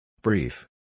Brief